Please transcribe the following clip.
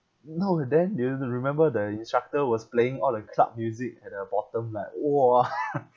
no but then do you you remember the instructor was playing all the club music at the bottom like !wah!